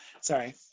Sorry